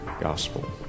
gospel